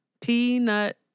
peanut